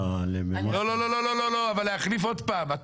עוד פעם,